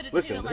Listen